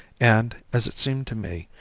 and, as it seemed to me,